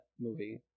movie